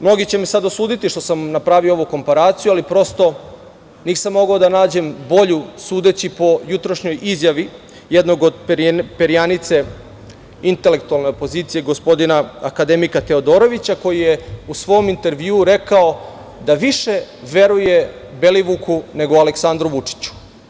Mnogi će me sada osuditi što sam napravio ovu komparaciju, ali prosto nisam mogao da nađem bolju, sudeći po jutrašnjoj izjavi jednog od perjanice, intelektualne opozicije, gospodina akademika Teodorovića, koji je u svoj intervju rekao da više veruje Belivuku, nego Aleksandru Vučiću.